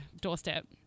doorstep